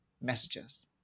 messages